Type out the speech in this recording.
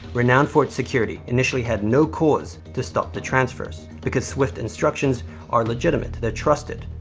renowned for it's security, initially had no cause to stop the transfers, because swift instructions are legitimate, they're trusted.